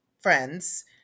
friends